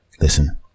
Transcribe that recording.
Listen